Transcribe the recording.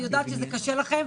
אני יודעת שזה קשה לכם,